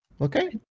Okay